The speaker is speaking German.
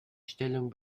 stellung